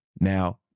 Now